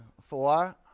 Four